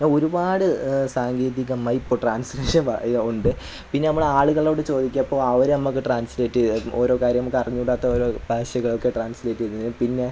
ആ ഒരുപാട് സാങ്കേതികമായി ഇപ്പോള് ട്രാൻസ്ലേഷൻ ഇത് ഉണ്ട് പിന്നെ നമ്മൾ ആളുകളോട് ചോദിച്ചപ്പോള് അവര് നമ്മള്ക്ക് ട്രാൻസ്ലേറ്റ് ചെയ്തു തരും ഓരോ കാര്യം നമുക്ക് അറിഞ്ഞുകൂടാത്തോരോ ഭാഷകളൊക്കെ ട്രാൻസ്ലേറ്റ് ചെയ്ത് പിന്നെ